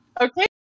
Okay